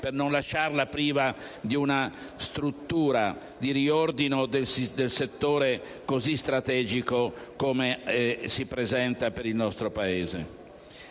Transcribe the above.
per non lasciarla priva di una struttura di riordino di un settore così strategico per il nostro Paese.